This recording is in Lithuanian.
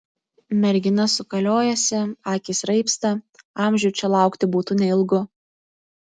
mergina sukaliojasi akys raibsta amžių čia laukti būtų neilgu